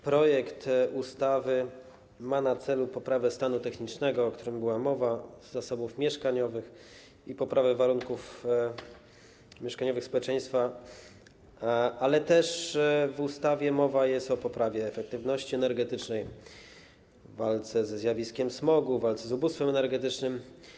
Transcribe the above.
Projekt ustawy ma na celu poprawę stanu technicznego, o którym była mowa, zasobów mieszkaniowych i warunków mieszkaniowych społeczeństwa, ale w ustawie jest też mowa o poprawie efektywności energetycznej, walce ze zjawiskiem smogu, w walce z ubóstwem energetycznym.